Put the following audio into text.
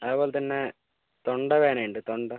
അതുപോലെ തന്നെ തൊണ്ട വേദനയുമുണ്ട് തൊണ്ട